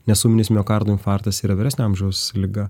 nes ūminis miokardo infarktas yra vyresnio amžiaus liga